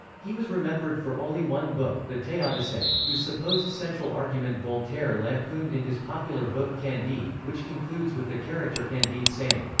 he was remembered for only one book, the theodicee, whose supposed central argument voltaire lampooned in his popular book candide, which concludes with the character candide saying,